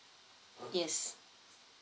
yes